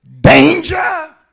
Danger